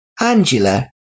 Angela